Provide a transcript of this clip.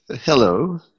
Hello